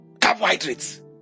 Carbohydrates